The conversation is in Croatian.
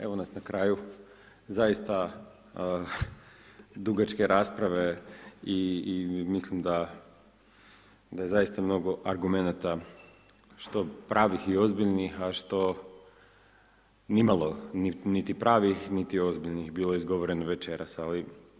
Evo nas na kraju zaista dugačke rasprave i mislim da je zaista mnogo argumenata, što pravih i ozbiljnih, a što nimalo niti pravih niti ozbiljnih bilo je izgovoreno večeras, ali…